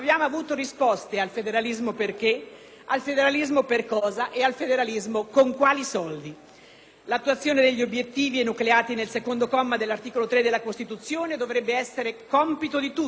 L'attuazione degli obiettivi enucleati nel secondo comma dell'articolo 3 della Costituzione dovrebbe essere compito di tutti: della Repubblica, delle Regioni a Statuto speciale, delle Regioni a Statuto ordinario, dei Comuni e delle Province.